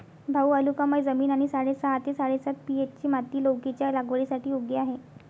भाऊ वालुकामय जमीन आणि साडेसहा ते साडेसात पी.एच.ची माती लौकीच्या लागवडीसाठी योग्य आहे